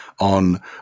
on